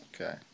Okay